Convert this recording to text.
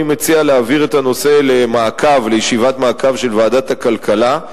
אני מציע להעביר את הנושא לישיבת מעקב של ועדת הכלכלה,